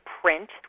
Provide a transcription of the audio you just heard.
print